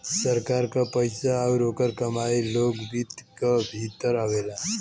सरकार क पइसा आउर ओकर कमाई लोक वित्त क भीतर आवेला